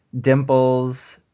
dimples